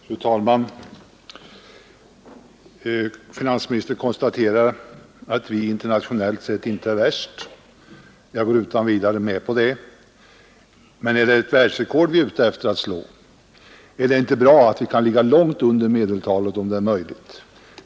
Fru talman! Finansministern konstaterar att vi internationellt sett inte är värst. Jag går utan vidare med på det. Men är det ett världsrekord vi är ute efter att sätta? Är det inte bra att vi kan ligga långt under medeltalet, om det är möjligt?